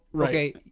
Okay